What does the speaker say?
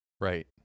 Right